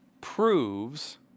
proves